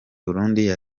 burundi